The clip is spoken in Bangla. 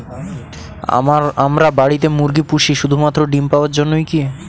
আমরা বাড়িতে মুরগি পুষি শুধু মাত্র ডিম পাওয়ার জন্যই কী?